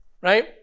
right